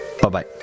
Bye-bye